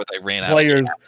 players